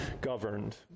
governed